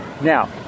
now